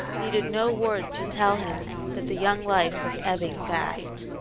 needed no words to tell him that the young life was ebbing fast.